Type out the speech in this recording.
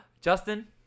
Justin